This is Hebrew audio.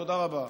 תודה רבה.